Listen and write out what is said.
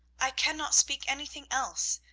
i cannot speak anything else.